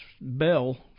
bell